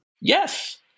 Yes